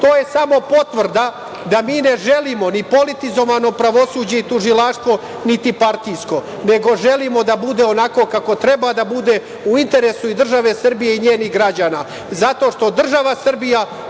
To je samo potvrda da mi ne želimo ni politizovano pravosuđe i tužilaštvo niti partijsko, nego želimo da bude onako kako treba da bude, u interesu države Srbije i njenih građana, zato što država Srbija